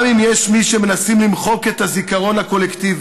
גם אם יש מי שמנסים למחוק את הזיכרון הקולקטיבי